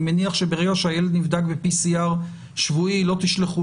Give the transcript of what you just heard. אני מניח שברגע שהילד נבדק ב-PCR שבועי לא תשלחו